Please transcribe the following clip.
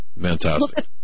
Fantastic